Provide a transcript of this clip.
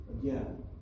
again